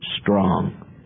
strong